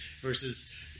versus